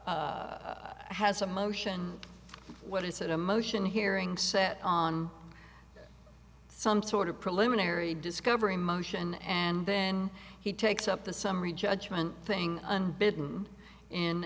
he's has a motion what is it a motion hearing set on some sort of preliminary discovery motion and then he takes up the summary judgment thing unbidden in